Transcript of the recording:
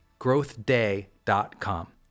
growthday.com